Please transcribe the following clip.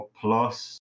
plus